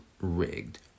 rigged